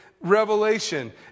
Revelation